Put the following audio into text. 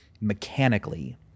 mechanically